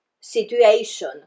situation